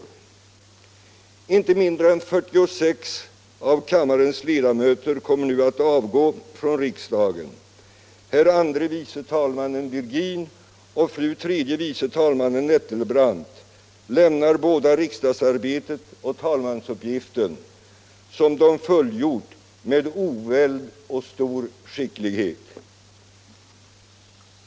Inte mindre än 46 av kammarens ledamöter kommer nu att avgå från riksdagen. Herr andre vice talmannen Virgin och fru tredje vice talmannen Nettelbrandt lämnar båda riksdagsarbetet och talmansuppgiften, som de fullgjort med oväld och stor skicklighet.